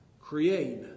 create